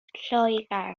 lloegr